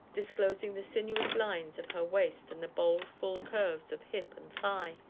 disclosing the sinuous lines of her waist and the bold, full curves of hip and thigh.